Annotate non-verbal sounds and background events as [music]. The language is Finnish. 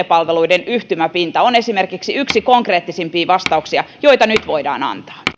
[unintelligible] palveluiden yhtymäpinta on esimerkiksi yksi konkreettisimpia vastauksia joita nyt voidaan antaa